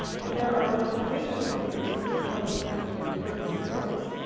and there are both official reporters, which are published under the authority of the courts,